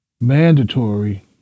mandatory